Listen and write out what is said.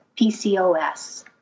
PCOS